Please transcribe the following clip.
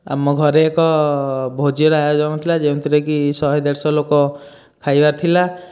ଆମ ଘରେ ଏକ ଭୋଜିର ଆୟୋଜନ ହେଉଥିଲା ଯେଉଁଥିରେ କି ଶହେ ଦେଢ଼ଶହ ଲୋକ ଖାଇବା ଥିଲା